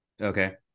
okay